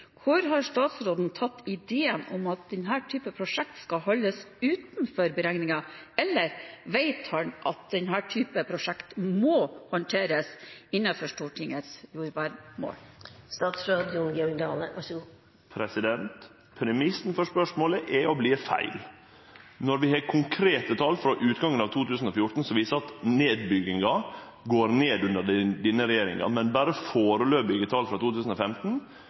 har statsråden tatt ideen om at denne typen prosjekt skal holdes utenfor beregningen? Vet han at denne typen prosjekt må håndteres innenfor Stortingets jordvernmål? Premissen for spørsmålet er og vert feil. Når vi har konkrete tal frå utgangen av 2014 som viser at nedbygginga går ned under denne regjeringa, men berre førebelse tal for 2015,